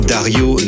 Dario